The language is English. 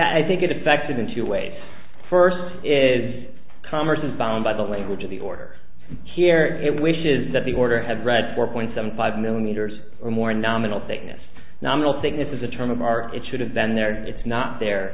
case i think it affected in two ways first is commerce is bound by the language of the order here it wishes that the order had read four point seven five millimeters or more nominal thickness nominal thing is a term of art it should have been there it's not there